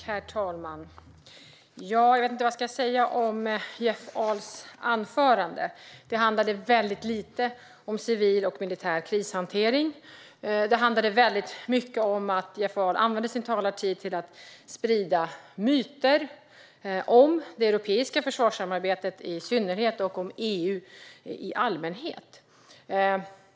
Herr talman! Jag vet inte vad jag ska säga om Jeff Ahls anförande. Det handlade väldigt lite om civil och militär krishantering. Jeff Ahl använde väldigt mycket av sin talartid till att sprida myter om det europeiska försvarssamarbetet i synnerhet och om EU i allmänhet.